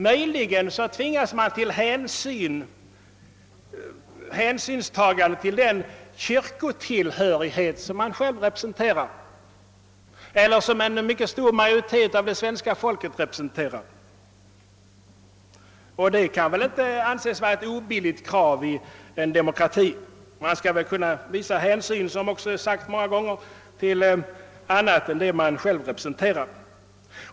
Möjligen tvingas man till hänsynstagande till den kyrka som man själv representerar eller som en mycket stor majoritet av det svenska folket tillhör. Det kan väl inte anses vara ett obilligt krav i en demokrati. Man skall väl kunna visa hänsyn även till annat än det man själv representerar.